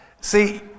See